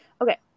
Okay